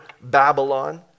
Babylon